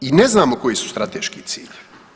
I ne znamo koji su strateški ciljevi.